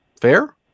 Fair